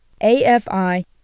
AFI